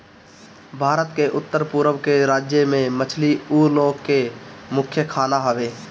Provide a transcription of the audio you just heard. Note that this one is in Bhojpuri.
भारत के उत्तर पूरब के राज्य में मछली उ लोग के मुख्य खाना हवे